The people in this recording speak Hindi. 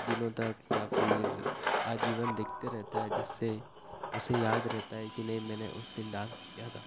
दिनों तक या फिर आजीवन देखते रहता है जिससे उसे याद रहता है कि नहीं मैंने उस दिन डांस किया था